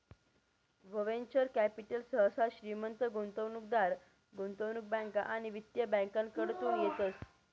venture capital सहसा श्रीमंत गुंतवणूकदार, गुंतवणूक बँका आणि वित्तीय बँकाकडतून येतस